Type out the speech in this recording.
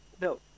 No